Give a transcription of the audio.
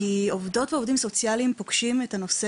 כי העובדות והעובדים הסוציאליים פוגשים את נושא